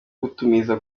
kumutumiza